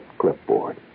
clipboard